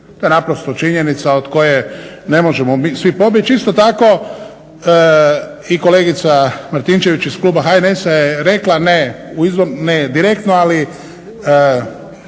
To je naprosto činjenica od koje ne možemo svi pobjeći. Isto tako i kolegica Martinčević iz Kluba HNS-a je rekla, ne direktno ali